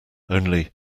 only